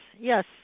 Yes